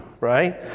right